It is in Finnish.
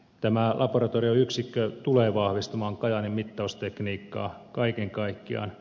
tämä laboratorioyksikkö tulee vahvistamaan kajaanin mittaustekniikkaa kaiken kaikkiaan